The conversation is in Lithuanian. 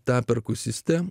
ta perkusistė